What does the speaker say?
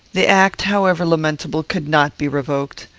the act, however lamentable, could not be revoked.